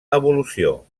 evolució